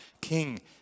king